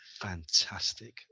Fantastic